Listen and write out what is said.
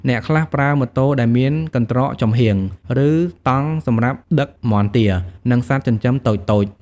អ្នកខ្លះប្រើម៉ូតូដែលមានកន្ត្រកចំហៀង ឬតង់សម្រាប់ដឹកមាន់ទា និងសត្វចិញ្ចឹមតូចៗ។